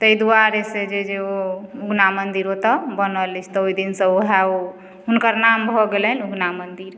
तै दुआरे से जे जे ओ उगना मन्दिर ओतऽ बनल अछि तऽ ओइ दिनसँ वएह ओ हुनकर नाम भऽ गेलनि उगना मन्दिर